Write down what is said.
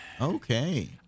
Okay